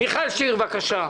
מיכל שיר, בבקשה.